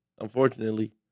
unfortunately